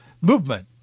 movement